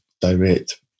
direct